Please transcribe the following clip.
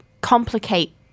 complicate